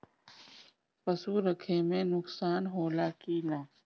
पशु रखे मे नुकसान होला कि न?